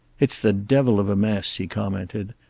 it's the devil of a mess, he commented.